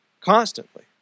constantly